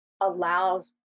allows